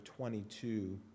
22